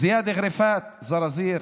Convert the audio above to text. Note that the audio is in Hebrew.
זיאד גריפאת מזרזיר,